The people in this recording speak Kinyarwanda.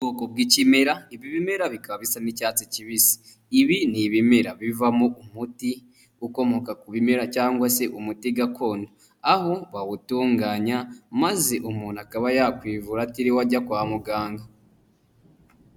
Ubwoko bw'ikimera. Ibi bimera bikaba bisa n'icyatsi kibisi. Ibi ni ibimera bivamo umuti ukomoka ku bimera cyangwa se umuti gakondo, aho bawutunganya maze umuntu akaba yakwivura atiriwe ajya kwa muganga.